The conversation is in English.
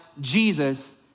Jesus